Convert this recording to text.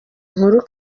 nkuru